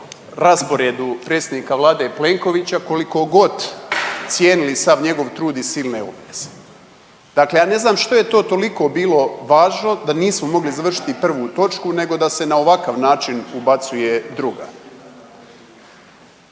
rasporedu predsjednika vlade Plenkovića koliko god cijenili sav njegov trud i silne obveze. Dakle, ja ne znam što je toliko bilo važno da nismo mogli završiti prvu točku nego da se na ovakav način ubacuje druga.